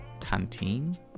canteen